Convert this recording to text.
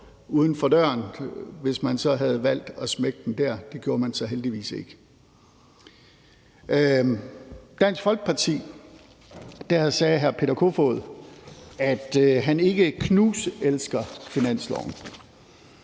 uden for døren, hvis man så havde valgt at smække den der. Det gjorde man så heldigvis ikke. Fra Dansk Folkeparti sagde hr. Peter Kofod, at han ikke knuselsker finansloven,